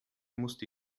musste